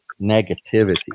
negativity